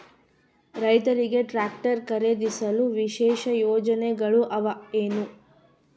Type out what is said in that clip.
ರೈತರಿಗೆ ಟ್ರಾಕ್ಟರ್ ಖರೇದಿಸಲು ವಿಶೇಷ ಯೋಜನೆಗಳು ಅವ ಏನು?